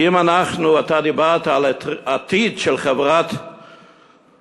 כי אם אנחנו, אתה דיברת על עתיד של חברת המופת.